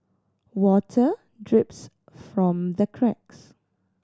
water drips from the cracks